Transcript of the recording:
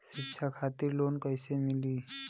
शिक्षा खातिर लोन कैसे मिली?